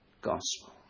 gospel